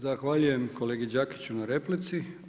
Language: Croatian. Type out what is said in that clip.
Zahvaljujem kolegi Đakiću na replici.